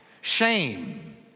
Shame